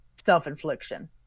self-infliction